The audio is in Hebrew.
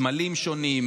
סמלים שונים,